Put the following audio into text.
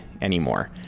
anymore